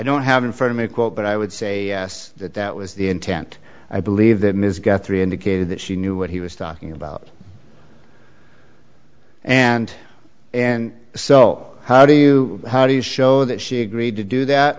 don't have in front of me quote but i would say that that was the intent i believe that ms guthrie indicated that she knew what he was talking about and and so how do you how do you show that she agreed to do that